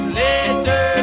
later